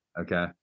Okay